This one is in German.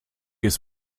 ist